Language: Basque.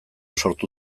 sortu